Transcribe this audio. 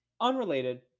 unrelated